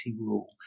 rule